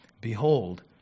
Behold